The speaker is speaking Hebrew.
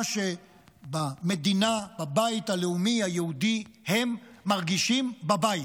שבבית הלאומי היהודי הם מרגישים בבית.